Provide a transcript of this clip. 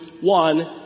one